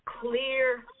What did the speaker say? clear